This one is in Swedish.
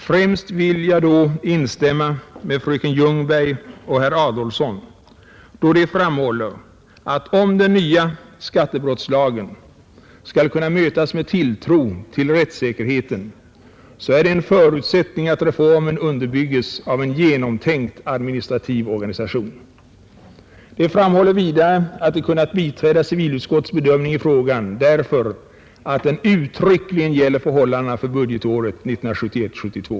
Främst vill jag då instämma med fröken Ljungberg och herr Adolfsson, när de framhåller att om den nya skattebrottslagen skall kunna mötas med tilltro till rättssäkerheten, så är det en förutsättning att reformen underbygges av en genomtänkt administrativ organisation. De framhåller vidare att de kunnat biträda civilutskottets bedömning i frågan därför att den uttryckligen gäller förhållandena för budgetåret 1971/72.